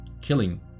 killing